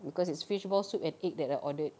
because it's fishball soup and egg that I ordered